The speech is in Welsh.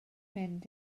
mynd